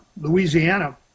Louisiana